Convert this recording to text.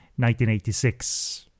1986